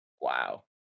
Wow